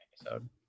episode